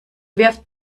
wirft